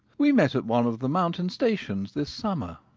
we met at one of the mountain stations this summer.